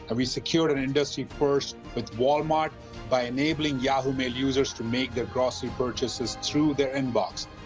ah we secured an industry first with walmart by enabling yahoo mail users to make their grocery purchases through their inbox.